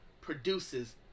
produces